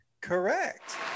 Correct